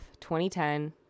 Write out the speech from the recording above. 2010